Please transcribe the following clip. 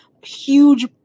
huge